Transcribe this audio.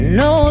no